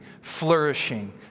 flourishing